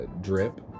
drip